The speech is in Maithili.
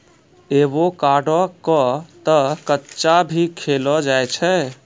एवोकाडो क तॅ कच्चा भी खैलो जाय छै